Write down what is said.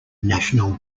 national